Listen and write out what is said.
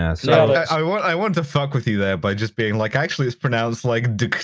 ah so i want i want to fuck with you there by just being like, actually it's pronounced like